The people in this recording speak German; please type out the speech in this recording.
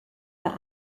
war